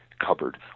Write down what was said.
cupboard